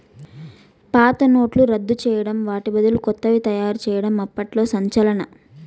పాత నోట్లను రద్దు చేయడం వాటి బదులు కొత్తవి తయారు చేయడం అప్పట్లో సంచలనం